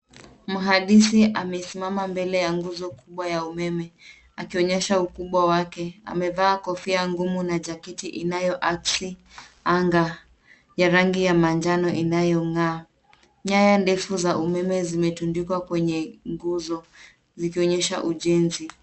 Mhandisi amesimama mbele ya nguzo kubwa ya umeme akionyesha ukubwa wake. Amevaa kofia ngumu na jaketi inayoakisi anga ya rangi ya manjano inayong'aa. Nyaya ndefu za umeme zimetundikwa kwenye nguzo zikionyesha ujenzi.